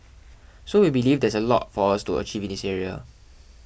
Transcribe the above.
so we believe there is a lot for us to achieve in this area